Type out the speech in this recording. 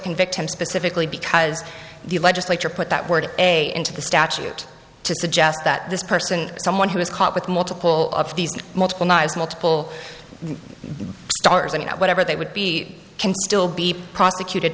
convict him specifically because the legislature put that word a into the statute to suggest that this person someone who was caught with multiple of these multiple knives multiple stars and whatever they would be can still be prosecuted